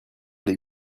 les